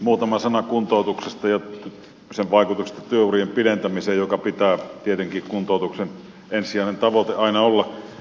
muutama sana kuntoutuksesta ja sen vaikutuksista työurien pidentämiseen jonka pitää tietenkin kuntoutuksen ensisijainen tavoite aina olla